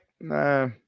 Nah